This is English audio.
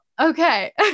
Okay